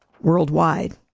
worldwide